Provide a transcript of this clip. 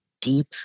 deep